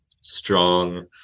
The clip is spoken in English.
strong